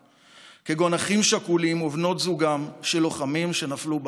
כגון: אחים שכולים ובנות זוגם של לוחמים שנפלו בקרב.